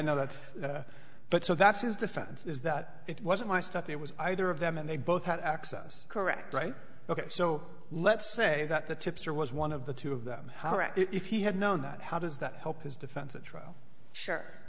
know that's but so that's his defense is that it wasn't my stuff it was either of them and they both had access correct right ok so let's say that the tipster was one of the two of them if he had known that how does that help his defense